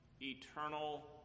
eternal